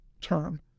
term